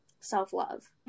self-love